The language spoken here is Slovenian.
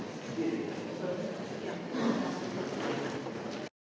Hvala